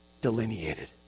delineated